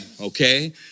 Okay